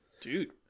Dude